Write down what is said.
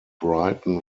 brighton